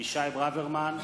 אבישי ברוורמן,